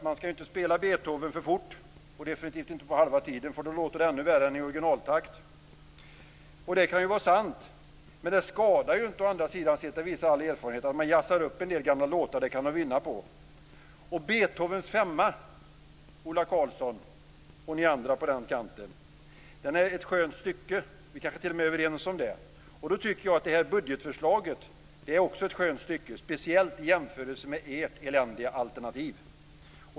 Man skall inte spela Beethoven för fort, definitivt inte på halva tiden, för då låter det ännu värre än i originaltakt. Det kan vara sant, men det skadar inte å andra sidan om man jazzar upp gamla låtar. Det kan de vinna på. Beethovens 5:e, Ola Karlsson och ni andra på den kanten, är ett skönt stycke. Vi kanske t.o.m. är överens om det. Då tycker jag att det här budgetförslaget också är ett skönt stycke, speciellt i jämförelse med ert eländiga alternativ.